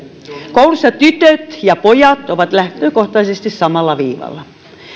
kouluissa tytöt ja pojat ovat lähtökohtaisesti samalla viivalla